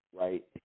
Right